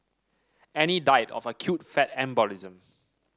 Annie died of acute fat embolism